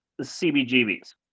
cbgb's